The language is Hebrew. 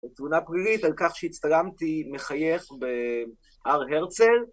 תלונה פלילית על כך שהצטלמתי מחייך בהר הרצל